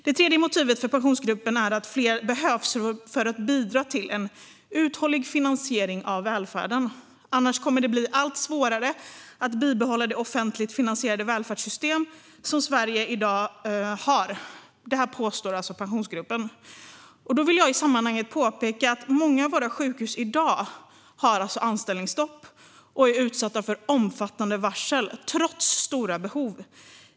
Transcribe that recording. Det tredje motivet för Pensionsgruppen är att fler behövs för att bidra till en uthållig finansiering av välfärden. Annars, påstår Pensionsgruppen, kommer det att bli allt svårare att bibehålla det offentligt finansierade välfärdssystem som Sverige i dag har. Jag vill i sammanhanget påpeka att många av våra sjukhus i dag har anställningsstopp och är utsatta för omfattande varsel trots stora behov.